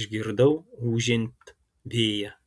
išgirdau ūžiant vėją